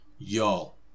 Y'all